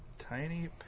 Tiny